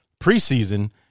preseason